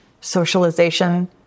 socialization